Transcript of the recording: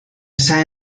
esa